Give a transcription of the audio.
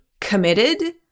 committed